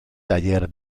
taller